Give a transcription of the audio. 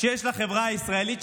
שיש לחברה הישראלית,